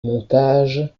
montage